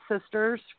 sisters